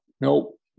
Nope